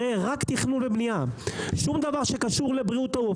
הוא יראה רק תכנון ובנייה; שום דבר שקשור לבריאות העוף.